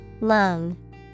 Lung